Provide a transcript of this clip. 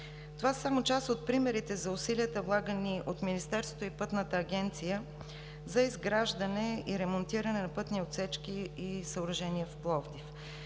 Това са само част от примерите за усилията, влагани от Министерството и Пътната агенция за изграждане и ремонтиране на пътни отсечки и съоръжения в Пловдив.